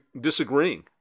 disagreeing